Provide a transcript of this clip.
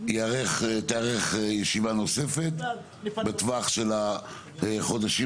שתיערך ישיבה נוספת בטווח של החודשים